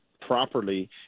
properly